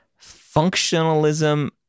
Functionalism